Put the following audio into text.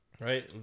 Right